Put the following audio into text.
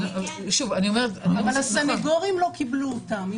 אבל הסנגורים לא קיבלו אותם.